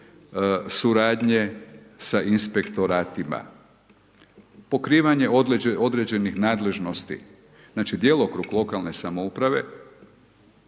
suradnje sa inspektoratima. Pokrivanje određenih nadležnosti. Znači djelokrug lokalne samouprave